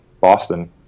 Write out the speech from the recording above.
Boston